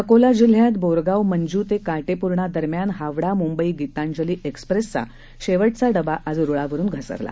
अकोला जिल्ह्यात बोरगाव मंजू ते काटेपूर्णा दरम्यान हावडा मुंबई गितांजली एक्स्प्रेसचा शेवटचा डबा आज रुळावरून घसरला